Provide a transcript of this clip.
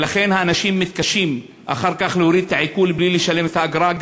ולכן האנשים מתקשים אחר כך להוריד את העיקול בלי לשלם את האגרה,